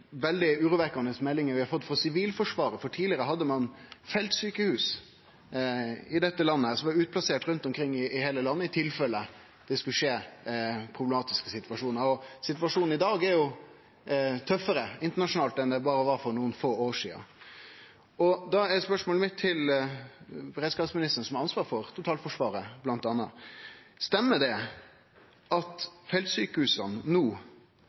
veldig urovekkjande meldingar vi har fått frå Sivilforsvaret, for tidlegare hadde ein feltsjukehus utplasserte rundt omkring i heile landet i tilfelle det skulle skje problematiske situasjonar. Situasjonen i dag er tøffare internasjonalt enn for berre nokre få år sidan. Da er spørsmålet mitt til samfunnssikkerheitsministeren, som har ansvaret for bl.a. totalforsvaret: Stemmer det at feltsjukehusa rundt om i landet no